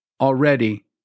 Already